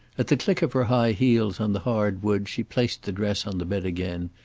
at the click of her high heels on the hard wood she placed the dress on the bed again,